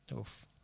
Oof